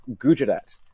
Gujarat